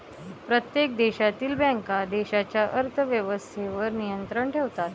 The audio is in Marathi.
प्रत्येक देशातील बँका देशाच्या अर्थ व्यवस्थेवर नियंत्रण ठेवतात